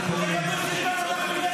ככה אתה מתנהג?